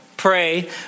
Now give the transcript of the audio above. pray